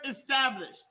established